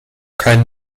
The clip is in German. kein